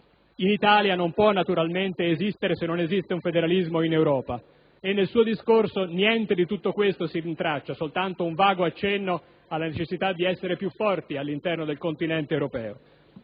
in Italia naturalmente non può esistere se non esiste un federalismo in Europa e nel suo discorso niente di tutto questo si rintraccia, ma soltanto un vago accenno alla necessità di essere più forti all'interno del continente europeo.